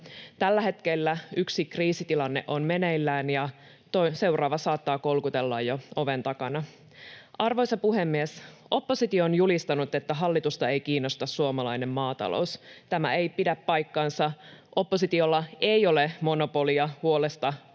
Tällä hetkellä yksi kriisitilanne on meneillään, ja seuraava saattaa jo kolkutella oven takana. Arvoisa puhemies! Oppositio on julistanut, että hallitusta ei kiinnosta suomalainen maatalous. Tämä ei pidä paikkaansa. Oppositiolla ei ole monopolia huoleen suomalaista